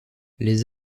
les